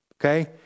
Okay